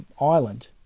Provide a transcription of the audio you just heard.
Ireland